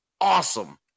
awesome